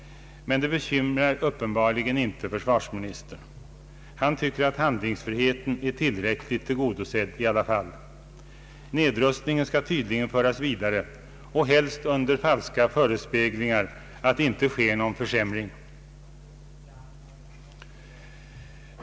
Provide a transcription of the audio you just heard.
Men det bekymrar uppenbarligen inte försvarsministern. Han tycker att handlingsfriheten är tillräckligt tillgodosedd i alla fall. Nedrustningen skall tydligen föras vidare och helst under falska förespeglingar att det inte sker någon försämring.